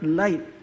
light